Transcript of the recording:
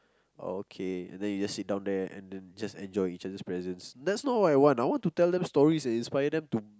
okay and then you just sit down there and then just enjoy each other's presence that's not what I want I want to tell them stories and inspire them to